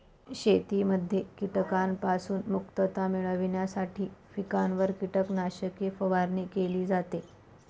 शेतीमध्ये कीटकांपासून मुक्तता मिळविण्यासाठी पिकांवर कीटकनाशके फवारणी केली जाते